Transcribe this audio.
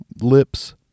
lips